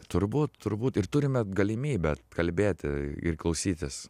turbūt turbūt ir turime galimybę kalbėti ir klausytis